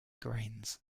grains